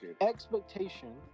Expectation